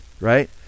right